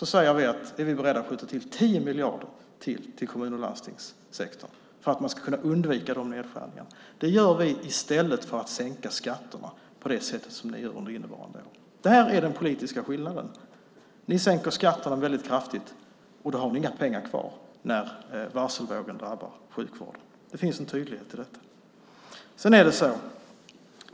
är vi beredda att skjuta till 10 miljarder extra till kommun och landstingssektorn för att undvika nedskärningarna. Vi gör det i stället för att sänka skatterna på det sätt som ni gör under innevarande år. Det är den politiska skillnaden. Ni sänker skatterna kraftigt. Då har ni inga pengar kvar när varselvågen drabbar sjukvården. Det finns en tydlighet i detta.